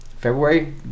February